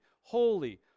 holy